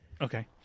Okay